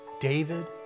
David